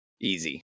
Easy